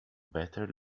better